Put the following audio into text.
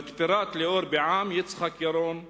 מתפרת ליאור בע"מ, יצחק ירון בוכריס,